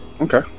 Okay